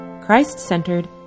Christ-centered